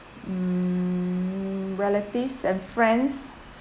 mm relatives and friends